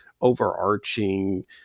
overarching